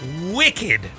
wicked